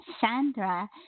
Sandra